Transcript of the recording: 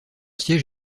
siège